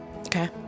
Okay